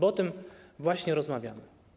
O tym właśnie rozmawiamy.